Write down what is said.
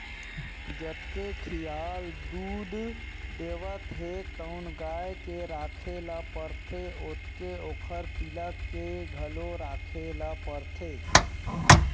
जतके खियाल दूद देवत हे तउन गाय के राखे ल परथे ओतके ओखर पिला के घलो राखे ल परथे